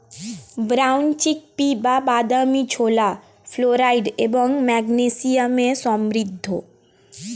brown chickpea বা বাদামী ছোলা ফ্লোরাইড এবং ম্যাগনেসিয়ামে সমৃদ্ধ